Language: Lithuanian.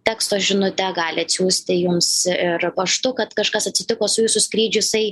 teksto žinutę gali atsiųsti jums ir paštu kad kažkas atsitiko su jūsų skrydžiu jisai